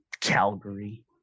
Calgary